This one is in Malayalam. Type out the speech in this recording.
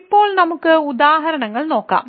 ഇപ്പോൾ നമുക്ക് ഉദാഹരണങ്ങൾ നോക്കാം